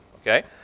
okay